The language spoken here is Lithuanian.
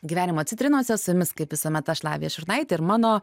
gyvenimo citrinose su jumis kaip visuomet aš lavija šurnaitė ir mano